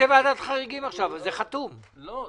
זה קרה הרגע, אבל